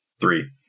Three